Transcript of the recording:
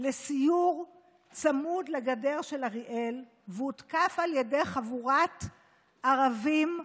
לסיור צמוד לגדר של אריאל והותקף על ידי חבורת ערבים,